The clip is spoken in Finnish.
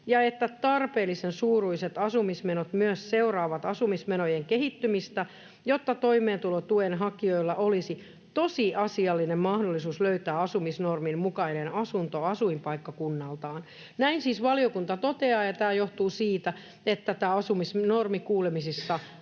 ja että tarpeellisen suuruiset asumismenot myös seuraavat asumismenojen kehittymistä, jotta toimeentulotuen hakijoilla olisi tosiasiallinen mahdollisuus löytää asumisnormin mukainen asunto asuinpaikkakunnaltaan. Näin siis valiokunta toteaa, ja tämä johtuu siitä, että tämä asumisnormi kuulemisissa